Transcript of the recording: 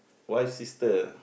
why sister